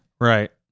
Right